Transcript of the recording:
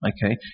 Okay